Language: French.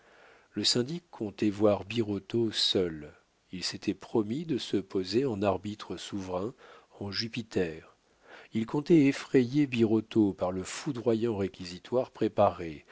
le syndic comptait voir birotteau seul il s'était promis de se poser en arbitre souverain en jupiter il comptait effrayer birotteau par le foudroyant réquisitoire préparé